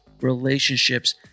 relationships